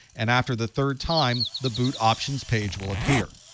and after the third time, the boot options page will appear.